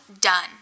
done